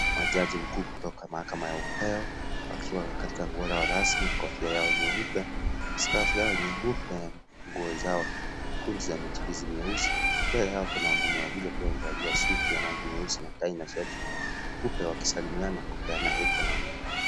Majaji mkuu kutoka mahakama ya upeo wakiwa katika nguo lao rasmi kofia yao nyeupe skafu yao nyeupe nguo zao nyekundu za michrizi mieusi mbele yao kuna wanaume wawili wakiwa wamevalia suti ya rangi nyeusi na tai na shati nyeupe wakisalimiana kupeana heko.